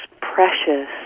precious